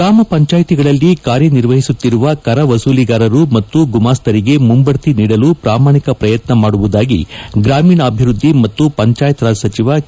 ಗ್ರಾಮ ಪಂಚಾಯಿತಿಗಳಲ್ಲಿ ಕಾರ್ಯ ನಿರ್ವಹಿಸುತ್ತಿರುವ ಕರ ವಸೂಲಿಗಾರರು ಮತ್ತು ಗುಮಾಸ್ತರಿಗೆ ಮುಂಬಡ್ತಿ ನೀಡಲು ಪ್ರಾಮಾಣಿಕ ಪ್ರಯತ್ನ ಮಾಡುವುದಾಗಿ ಗ್ರಾಮೀಣಾಭಿವೃದ್ದಿ ಮತ್ತು ಪಂಚಾಯತ್ರಾಜ್ ಸಚಿವ ಕೆ